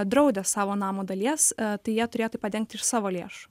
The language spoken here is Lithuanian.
apdraudę savo namo dalies tai jie turėjo tai padengti iš savo lėšų